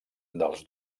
dels